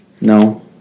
No